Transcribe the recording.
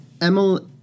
Emily